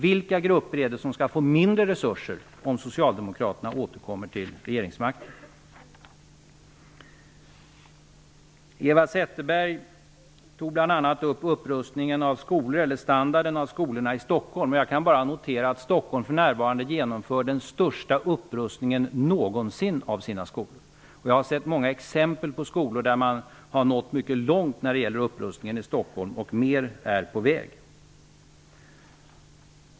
Vilka grupper är det som skall få mindre resurser då Socialdemokraterna återkommer till regeringsmakten? Eva Zetterberg tog bl.a. upp frågan om upprustning av och standarden i skolorna i Stockholm. Jag kan bara notera att Stockholm för närvarande genomför den största upprustningen någonsin av sina skolor. Jag har sett många exempel på skolor i Stockholm där man har nått mycket långt när det gäller upprustningen. Mer är på väg.